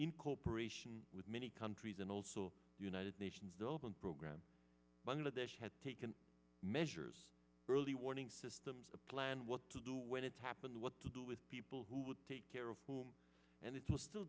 in cooperation with many countries and also the united nations development program bangladesh had taken measures early warning systems a plan what to do when it's happened what to do with people who would take care of whom and it's still